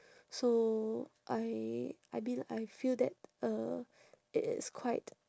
so I I belie~ I feel that uh it is quite